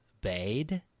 bade